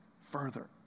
further